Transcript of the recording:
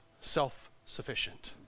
self-sufficient